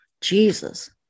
Jesus